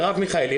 מרב מיכאלי,